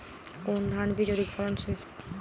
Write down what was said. কোন ধান বীজ অধিক ফলনশীল?